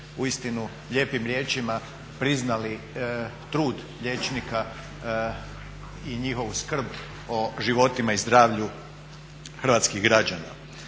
uistinu lijepim riječima priznali trud liječnika i njihovu skrb o životima i zdravlju hrvatskih građana.